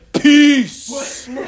peace